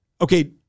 Okay